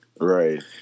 Right